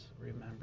remember